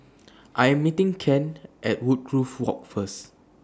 I Am meeting Kent At Woodgrove Walk First